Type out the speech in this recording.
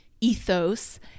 ethos